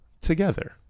together